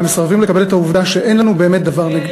ומסרבים לקבל את העובדה שאין לנו באמת דבר,